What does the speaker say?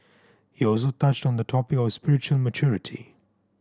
he also touched on the topic of spiritual maturity